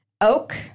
Oak